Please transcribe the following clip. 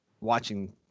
watching